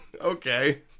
Okay